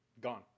Gone